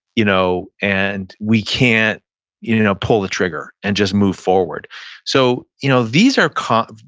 you know and we can't you know pull the trigger and just move forward so you know these are kind of